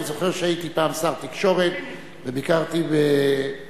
אני זוכר שהייתי שר תקשורת וביקרתי בכפר,